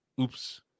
Oops